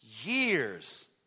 years